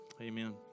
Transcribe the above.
Amen